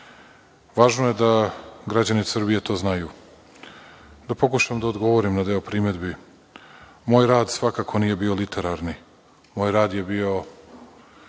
Važno je da građani Srbije to znaju. Da pokušam da odgovorim na deo primedbi. Moj rad svakako nije bio literarni, moj rad je bio